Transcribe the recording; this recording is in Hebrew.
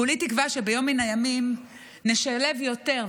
כולי תקווה שביום מן הימים נשלב יותר,